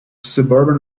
suburban